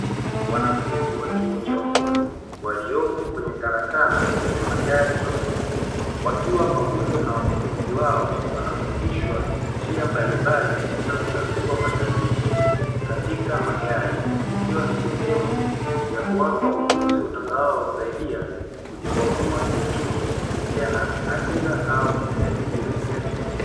Wanafunzi wa chuo cha ufundi waliopo kwenye karakana ya magari mabovu wakiwepo pamoja na wakufunzi wao